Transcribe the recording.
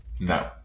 No